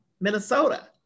Minnesota